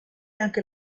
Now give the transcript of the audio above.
anche